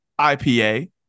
IPA